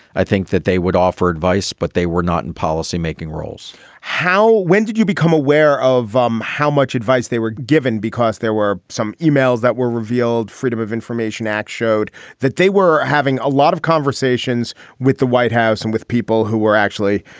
i think that they would offer advice, but they were not in policymaking roles how when did you become aware of um how much advice they were given? because there were some emails that were revealed. freedom of information act showed that they were having a lot of conversations with the white house and with people who were actually,